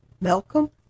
Malcolm